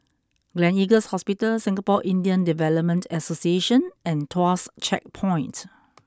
Gleneagles Hospital Singapore Indian Development Association and Tuas Checkpoint